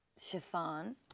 chiffon